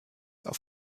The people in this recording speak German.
auf